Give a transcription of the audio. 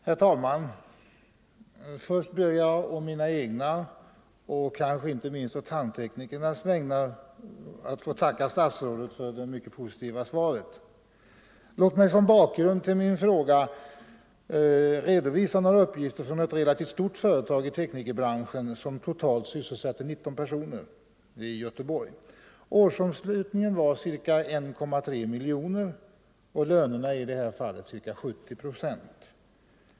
Herr talman! Först ber jag att å mina egna och kanske inte minst å tandteknikernas vägnar få tacka statsrådet för det mycket positiva svaret. Låt mig som bakgrund till min fråga redovisa några uppgifter från ett relativt stort företag i teknikerbranschen, vilket totalt sysselsätter 19 personer i Göteborg. Årsomslutningen var ca 1,3 miljoner kronor, och lönerna var i det här fallet ca 70 procent.